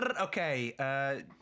okay